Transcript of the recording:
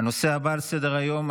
הנושא הבא על סדר-היום,